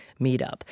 meetup